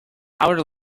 our